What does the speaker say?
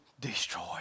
destroy